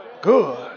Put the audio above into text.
good